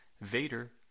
Vader